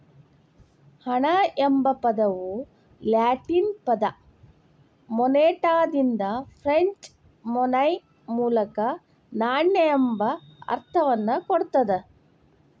ಹಣ ಎಂಬ ಪದವು ಲ್ಯಾಟಿನ್ ಪದ ಮೊನೆಟಾದಿಂದ ಫ್ರೆಂಚ್ ಮೊನೈ ಮೂಲಕ ನಾಣ್ಯ ಎಂಬ ಅರ್ಥವನ್ನ ಕೊಡ್ತದ